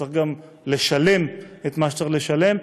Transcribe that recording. צריך לשלם את מה שצריך לשלם.